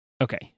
okay